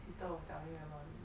sister was telling me about it